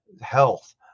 health